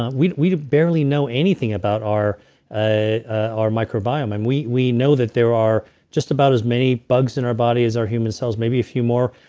ah we we barely know anything about our ah our microbiome. and we we know that there are just about as many bugs in our body as our human cells. maybe a few more.